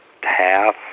half